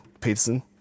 Peterson